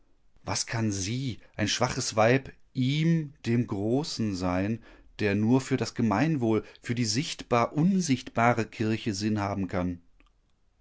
was kann sie ein schwaches weib ihm dem großen sein der nur für das gemeinwohl für die sichtbar unsichtbare kirche sinn haben kann